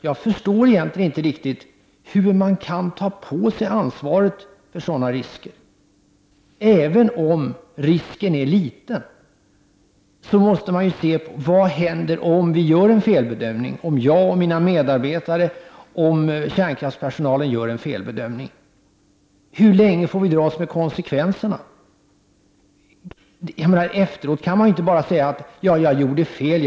Jag förstår egentligen inte hur man kan ta på sig ansvaret för sådana risker. Även om risken är liten så måste man ju undra vad som händer om vi gör en felbedömning eller om kärnkraftspersonalen gör en felbedömning. Hur länge får vi dras med konsekvenserna? Efteråt kan man ju inte bara säga: ”Ja, jag gjorde fel.